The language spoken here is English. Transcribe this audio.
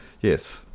Yes